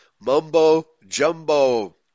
Mumbo-jumbo